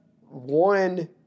one